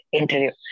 interview